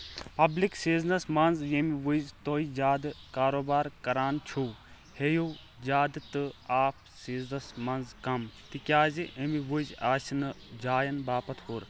public seasons منٛز ییٚمہِ وِزِ توہہِ زیادٕ كاروبارٕ كران چھِو ہیٚیِو زیادٕ تہٕ آف سیزنس منٛز كم تہِ كیازِ امہِ وِزِ آسہِ نہٕ جاین باپت ہوٚر